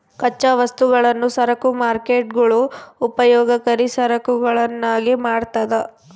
ಕಚ್ಚಾ ವಸ್ತುಗಳನ್ನು ಸರಕು ಮಾರ್ಕೇಟ್ಗುಳು ಉಪಯೋಗಕರಿ ಸರಕುಗಳನ್ನಾಗಿ ಮಾಡ್ತದ